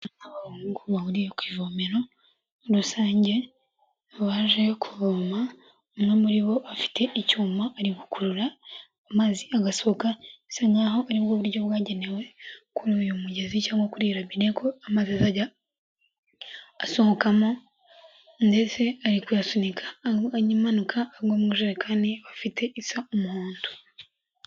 Abahungu bahuriye ku ivomero rusange baje kuvoma, umwe muri bo afite icyuma ari gukurura amazi agasohoka, bisa nkaho ari bwo buryo bwagenewe kuri uyu mugezi cyangwa kuri iyi robine ko amazi azajya asohokamo, ndetse ari kuyasunika amanuka agwa mu ijerekani bafite isa umuhondo.